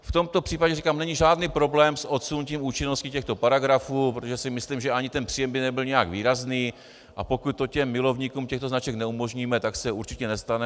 V tomto případě říkám, není žádný problém s odsunutím účinnosti těchto paragrafů, protože si myslím, že ani příjem by nebyl nijak výrazný, a pokud to milovníkům těchto značek neumožníme, tak se určitě nic nestane.